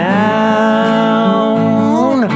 down